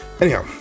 Anyhow